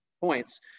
points